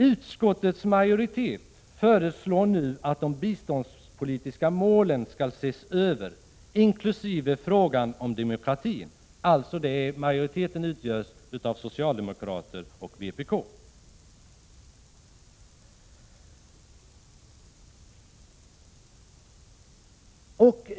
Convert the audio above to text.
Utskottets majoritet föreslår nu att de biståndspolitiska målen skall ses över, inklusive frågan om demokrati — majoriteten utgörs av socialdemokrater och vpk.